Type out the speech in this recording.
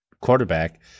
quarterback